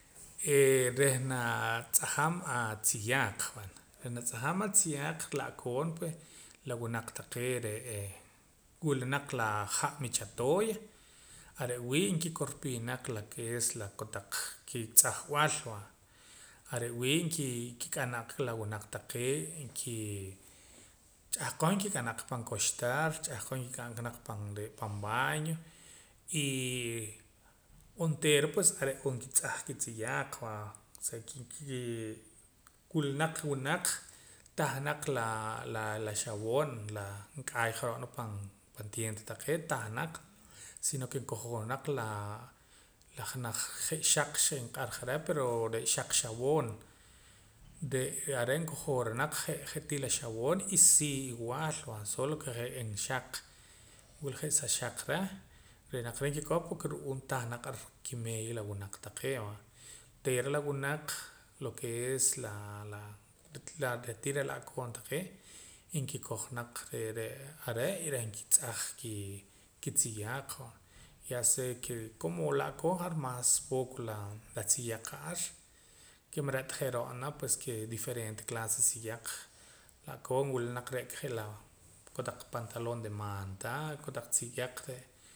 Eeh reh natz'ajam atziyaaq bueno reh natz'ajam atziyaaq la'koon pue la winaq taqee' re'ee wula naq la ha' michatoya are' wii' nkikorpii naq lo ke es la kotaq kitz'ajb'al va are' wii' nkii kik'am naq ka la winaq taqee' nkii' ch'ahqon nkik'am naq ka pan koxtaar ch'ahqon kik'am ka naq pan baño y onteera pues are' oonkitz'aj kitziyaaq va osea ke nkii kii wula naq wunaq tah naq la laa xawoon la nk'aayja ro'naa pan tieenta taqee' tah naq si no ke nkojoora naq la laa janaj je' xaqx nq'ar ja reh pero xaq xawoon je' are' nkojoora naq je' je'tii la xawoon y sii iwaal va solo ke re'ee en xaq wila je' sa xaq reh re' naq re' nkikoj ru'uum tah naq ar kimeeya la wunaq taqee' va onteera la winaq lo ke es la laa re'tii la la'koon taqee' y nkikoj naq are' y reh nkitz'aj kitziyaaq ya sea ke como la'koon ja'ar mas poco la tziyaq ja'ar ke man re'ta je' ro'na ke mas pue mas diferente clase tziyaq la'koon wula naq re'ka je' laa kotaq pantaloon de maanta kotaq tziyaq re'